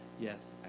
yes